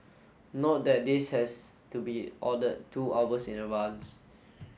note that this has to be ordered two hours in advance